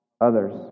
others